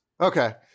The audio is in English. Okay